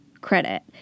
credit